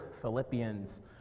Philippians